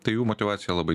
tai jų motyvacija labai